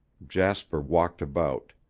jasper walked about.